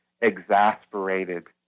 exasperated